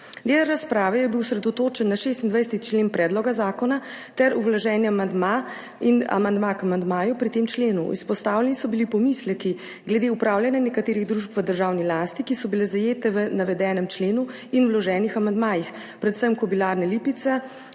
Del razprave je bil osredotočen na 26. člen predloga zakona ter vloženi amandma in amandma k amandmaju pri tem členu. Izpostavljeni so bili pomisleki glede upravljanja nekaterih družb v državni lasti, ki so bile zajete v navedenem členu in vloženih amandmajih, predvsem Kobilarne Lipica,